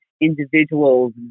individuals